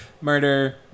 murder